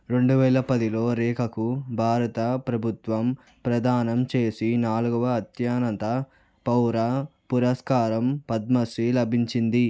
రెండు వేల పదిలో రేఖకు భారత ప్రభుత్వం ప్రదానం చేసీ నాలుగవ అత్యున్నత పౌర పురస్కారం పద్మశ్రీ లభించింది